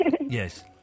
yes